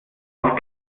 darauf